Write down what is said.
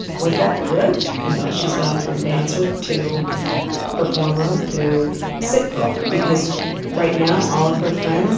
was that good? you know, she's gone from dancer to performer to sick girl because right now all of her friends